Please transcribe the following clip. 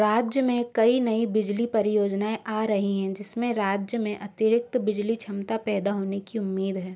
राज्य में कई नई बिजली परियोजनाएँ आ रही हैं जिसमें राज्य में अतिरिक्त बिजली क्षमता पैदा होने की उम्मीद है